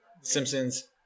Simpsons